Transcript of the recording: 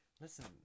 listen